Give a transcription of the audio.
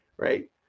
right